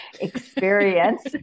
experience